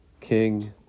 King